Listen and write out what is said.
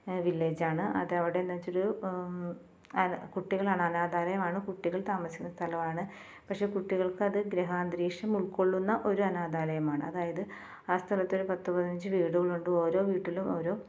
village ആണ് അത് അവിടെ നിന്ന് വച്ചൊരു കുട്ടികളാണ് അനാഥാലയമാണ് കുട്ടികൾ താമസിക്കുന്ന സ്ഥലമാണ് പക്ഷേ കുട്ടികൾക്കത് ഗ്രഹാന്തരീക്ഷം ഉൾക്കൊള്ളുന്ന ഒരു അനാഥാലയമാണ് അതായത് ആ സ്ഥലത്ത് ഒരു പത്തു പതിനഞ്ച് വീടുകൾ ഉണ്ട് ഓരോ വീട്ടിലും ഓരോ